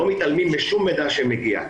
לא מתעלמים משום מידע שמגיע.